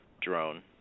drone